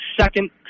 second